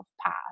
path